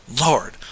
lord